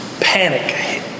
panic